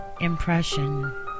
impression